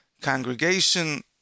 congregation